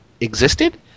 existed